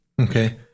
okay